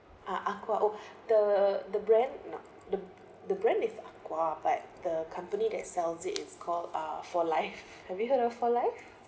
uh akwar oh the the brand nah the the brand is akwar but the company that sells it it's called uh four life have you heard of four life